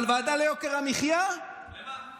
אבל ועדה ליוקר המחיה, למה?